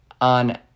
On